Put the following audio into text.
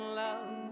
love